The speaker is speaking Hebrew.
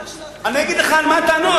אני אגיד לך על מה הטענות.